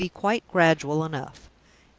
would be quite gradual enough.